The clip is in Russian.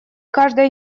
каждая